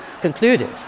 concluded